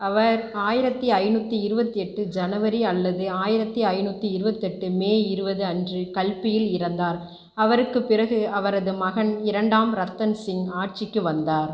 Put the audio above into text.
அவர் ஆயிரத்தி ஐநூற்றி இருபத்தியெட்டு ஜனவரி அல்லது ஆயிரத்தி ஐநூற்றி இருபத்தியெட்டு மே இருபது அன்று கல்பியில் இறந்தார் அவருக்குப் பிறகு அவரது மகன் இரண்டாம் ரத்தன் சிங் ஆட்சிக்கு வந்தார்